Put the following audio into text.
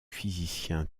physicien